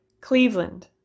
Cleveland